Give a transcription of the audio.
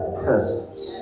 presence